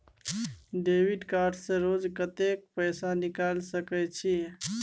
Debit card से रोज कत्ते पैसा निकाल सके छिये?